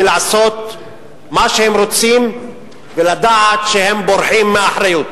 מלעשות מה שהם רוצים ולדעת שהם בורחים מאחריות?